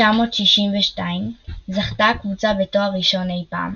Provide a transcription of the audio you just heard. ב-1962 זכתה הקבוצה בתואר ראשון אי פעם